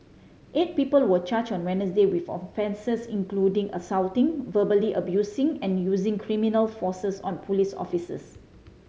eight people were charged on Wednesday with offences including assaulting verbally abusing and using criminal force on police officers